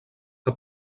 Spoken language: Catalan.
que